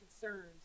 concerns